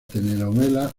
telenovela